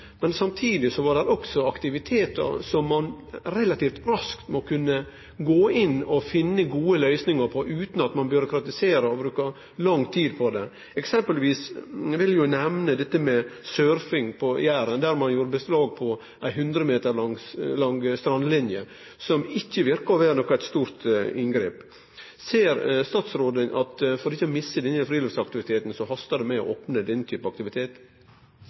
Men samtidig var det også aktivitetar som ein relativt raskt må kunne gå inn og finne gode løysingar for, utan at ein byråkratiserer og brukar lang tid på det. Eksempelvis vil eg nemne dette med surfing på Jæren, der ein la beslag på ei 100 meter lang strandlinje, som ikkje verkar å vere noko stort inngrep. Ser statsråden at for ikkje å misse denne friluftsaktiviteten hastar det med å opne for den typen aktivitet?